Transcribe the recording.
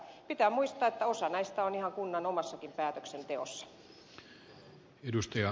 pitää muistaa että osa näistä on ihan kunnan omassakin päätöksenteossa